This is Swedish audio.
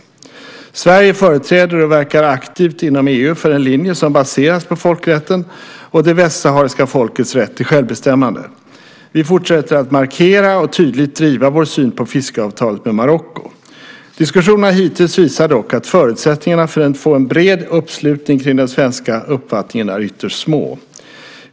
Sverige företräder och verkar aktivt inom EU för en linje som baseras på folkrätten och det västsahariska folkets rätt till självbestämmande. Vi fortsätter att markera och tydligt driva vår syn på fiskeavtalet med Marocko. Diskussionerna hittills visar dock att förutsättningarna för att få bred uppslutning kring den svenska uppfattningen är ytterst små.